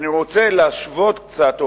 אני רוצה להשוות קצת,